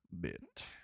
bit